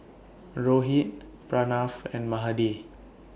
Rohit Pranav and Mahade